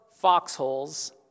foxholes